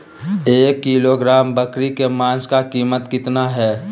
एक किलोग्राम बकरी के मांस का कीमत कितना है?